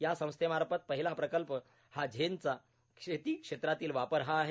या संस्थेमार्फत पहिला प्रकल्प हा ड्रोनचा शेतीक्षेत्रातील वापर हा आहे